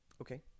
Okay